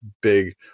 big